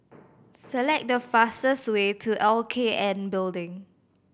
select the fastest way to L K N Building